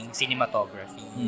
cinematography